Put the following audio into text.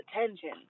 attention